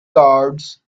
cards